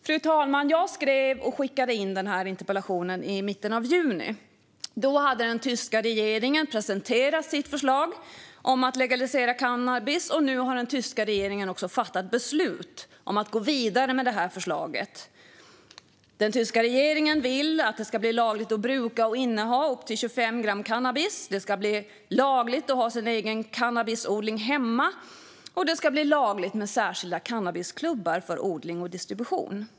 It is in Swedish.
Fru talman! Jag skrev och skickade in denna interpellation i mitten av juni. Då hade den tyska regeringen presenterat sitt förslag om att legalisera cannabis. Och nu har den tyska regeringen också fattat beslut om att gå vidare med detta förslag. Den tyska regeringen vill att det ska bli lagligt att bruka och inneha upp till 25 gram cannabis. Det ska bli lagligt att ha sin egen cannabisodling hemma, och det ska bli lagligt med särskilda cannabisklubbar för odling och distribution.